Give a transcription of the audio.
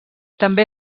també